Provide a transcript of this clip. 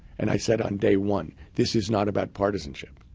and i said on day one, this is not about partisanship.